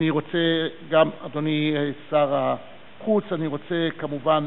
גם אדוני שר החוץ, אני רוצה כמובן